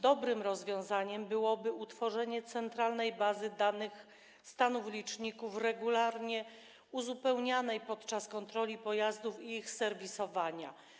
Dobrym rozwiązaniem byłoby utworzenie centralnej bazy danych stanów liczników, regularnie uzupełnianej podczas kontroli pojazdów i ich serwisowania.